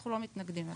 אנחנו לא מתנגדים לו.